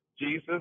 Jesus